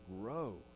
grow